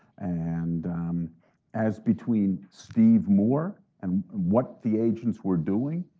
and as between steve moore and what the agents were doing.